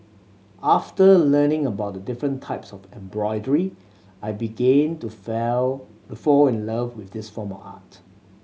after learning about the different types of embroidery I begin to fell fall in love with this form of art